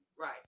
right